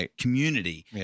community